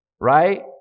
right